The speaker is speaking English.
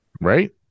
Right